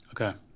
Okay